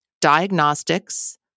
diagnostics